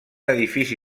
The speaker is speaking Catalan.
edifici